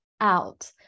out